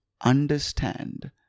understand